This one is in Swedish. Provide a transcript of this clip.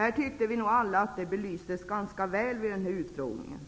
Vi tycker nog alla att det belystes ganska väl vid utfrågningen.